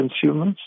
consumers